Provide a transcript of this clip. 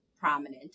prominent